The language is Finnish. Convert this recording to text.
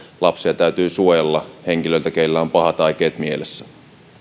lapsia täytyy suojella henkilöiltä keillä on pahat aikeet mielessä